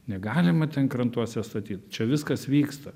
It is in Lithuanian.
negalima ten krantuose statyt čia viskas vyksta